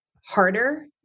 harder